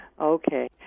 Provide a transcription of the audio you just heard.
Okay